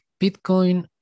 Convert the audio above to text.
Bitcoin